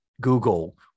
Google